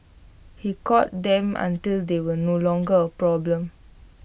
he caught them until they were no longer A problem